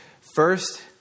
First